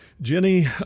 Jenny